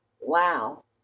wow